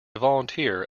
volunteer